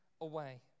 away